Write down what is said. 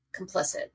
complicit